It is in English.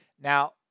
Now